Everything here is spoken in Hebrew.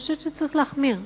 אני חושבת שצריך להחמיר.